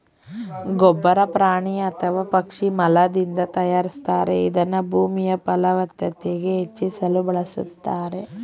ಗೊಬ್ಬರ ಪ್ರಾಣಿ ಅಥವಾ ಪಕ್ಷಿ ಮಲದಿಂದ ತಯಾರಿಸ್ತಾರೆ ಇದನ್ನ ಭೂಮಿಯಫಲವತ್ತತೆ ಹೆಚ್ಚಿಸಲು ಬಳುಸ್ತಾರೆ